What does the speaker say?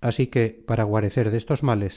así que para guarecer destos males